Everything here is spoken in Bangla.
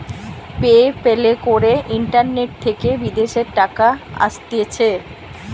পে প্যালে করে ইন্টারনেট থেকে বিদেশের টাকা আসতিছে